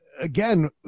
again